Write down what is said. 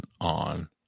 on